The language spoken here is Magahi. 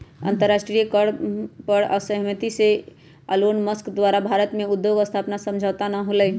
अंतरराष्ट्रीय कर पर असहमति से एलोनमस्क द्वारा भारत में उद्योग स्थापना समझौता न होलय